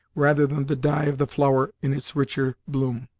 rather than the dye of the flower in its richer bloom.